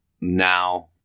now